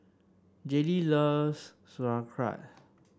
Jaylee loves Sauerkraut